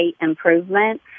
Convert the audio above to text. improvement